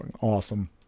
Awesome